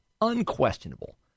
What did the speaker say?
unquestionable